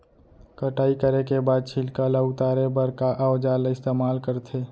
कटाई करे के बाद छिलका ल उतारे बर का औजार ल इस्तेमाल करथे?